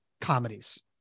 comedies